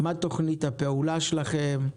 מה תוכנית הפעולה שלכם?